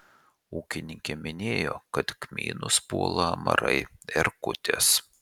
ūkininkė minėjo kad kmynus puola amarai erkutės